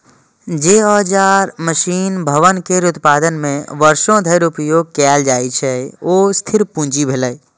जे औजार, मशीन, भवन केर उत्पादन मे वर्षों धरि उपयोग कैल जाइ छै, ओ स्थिर पूंजी भेलै